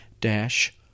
dash